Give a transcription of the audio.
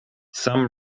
some